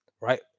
Right